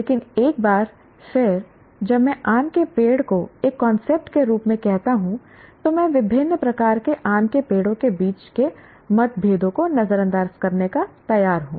लेकिन एक बार फिर जब मैं आम के पेड़ को एक कांसेप्ट के रूप में कहता हूं तो मैं विभिन्न प्रकार के आम के पेड़ों के बीच के मतभेदों को नजरअंदाज करने को तैयार हूं